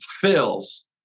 fills